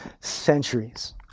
centuries